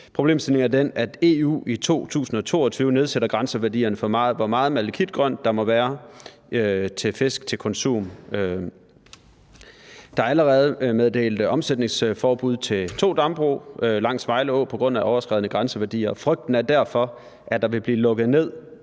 Problemstillingen er den, at EU i 2022 nedsætter grænseværdierne for, hvor meget malakitgrønt der må være ved fisk til konsum. Der er allerede meddelt omsætningsforbud til to dambrug langs Vejle Å på grund af overskredne grænseværdier. Frygten er derfor, at der vil blive lukket ned